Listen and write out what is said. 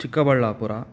Chikkaballapur